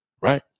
Right